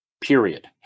period